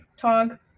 Tog